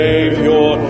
Savior